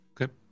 Okay